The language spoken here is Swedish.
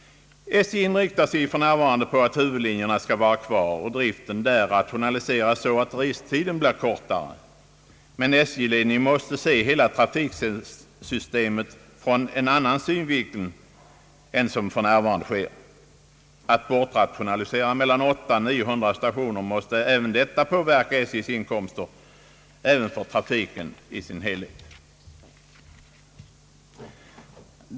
SJ inriktar sig för närvarande på att behålla huvudlinjerna och rationalisera driften vid dessa så att restiderna blir kortare. Men SJ-ledningen måste se hela trafiksystemet ur en annan synvinkel än nu. Att rationalisera bort mellan 800 och 900 stationer måste inverka på SJ:s inkomster liksom även på trafiken i dess helhet.